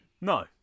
No